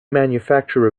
manufacture